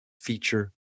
feature